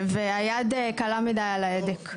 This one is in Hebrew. והיד קלה מידי על ההדק.